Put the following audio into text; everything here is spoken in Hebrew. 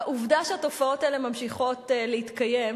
העובדה שהתופעות האלה ממשיכות להתקיים,